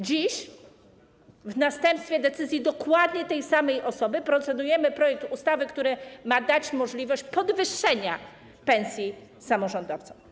Dziś, w następstwie decyzji dokładnie tej samej osoby, procedujemy nad projektem ustawy, który ma dać możliwość podwyższenia pensji samorządowcom.